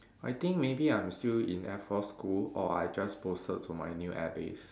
I think maybe I'm still in air force school or I just posted to my new air base